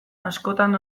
askotan